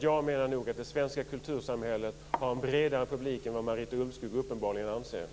Jag menar att det svenska kultursamhället har en bredare publik än vad Marita Ulvskog uppenbarligen anser.